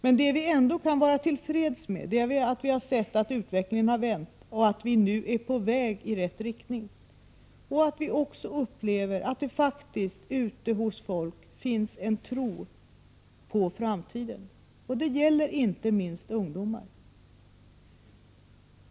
Vi kan ändå vara till freds med att utvecklingen har vänt och att vi nu är på väg i rätt riktning. Folk ute i landet har också en tro på framtiden, och det gäller inte minst ungdomar.